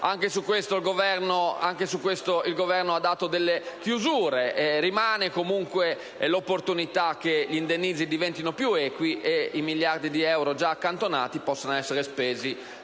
Anche su questo il Governo ha stabilito delle chiusure. Rimane comunque l'opportunità che gli indennizzi diventino più equi e i miliardi di euro già accantonati possano essere spesi